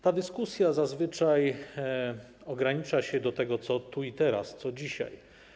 Ta dyskusja zazwyczaj ogranicza się do tego, co tu i teraz, co dzisiaj.